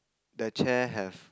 the chair have